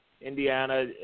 Indiana